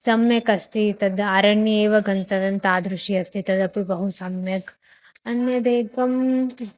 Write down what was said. सम्यक् अस्ति तद् अरण्य एव गन्तव्यं तादृशम् अस्ति तदपि बहु सम्यक् अन्यदेकम्